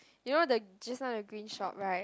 you know the just now the green shop right